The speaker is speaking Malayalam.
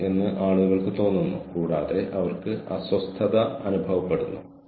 നിരവധി ആളുകൾ ഈ കോഴ്സുകൾക്കായി രജിസ്റ്റർ ചെയ്തിട്ടുണ്ട്